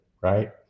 right